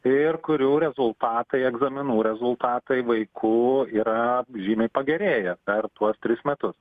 ir kurių rezultatai egzaminų rezultatai vaikų yra žymiai pagerėję per tuos tris metus